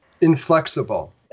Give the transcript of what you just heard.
inflexible